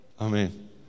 Amen